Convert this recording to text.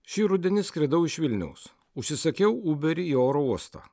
šį rudenį skridau iš vilniaus užsisakiau uberį į oro uostą